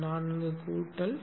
நான்கு கூட்டல்